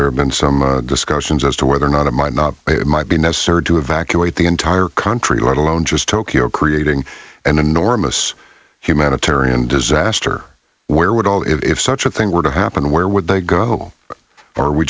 there have been some discussions as to whether or not it might not might be no sir to evacuate the entire country let alone just tokyo creating an enormous humanitarian disaster where would all if such a thing were to happen where would they go or